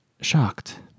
shocked